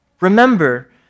remember